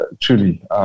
truly